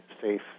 safe